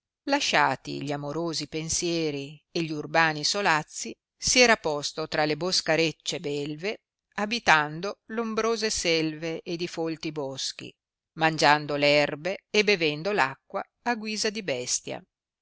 lasciati gli amorosi pensieri e gli urbani solazzi si era posto tra le boscarecce belve abitando l ombrose selve ed i folti boschi mangiando l erbe e bevendo l acqua a guisa di bestia